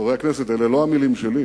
חברי הכנסת, אלה לא המלים שלי,